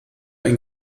ein